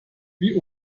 wie